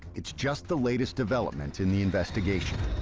it's just the latest development in the investigation.